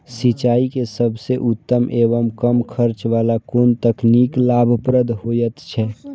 सिंचाई के सबसे उत्तम एवं कम खर्च वाला कोन तकनीक लाभप्रद होयत छै?